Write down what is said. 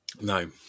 no